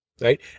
Right